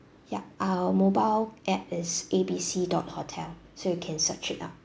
ya our mobile app is A B C dot hotel so you can search it up